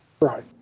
Right